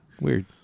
Weird